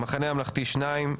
המחנה הממלכתי שניים,